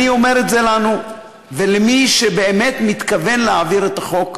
אני אומר את זה לנו ולמי שבאמת מתכוון להעביר את החוק,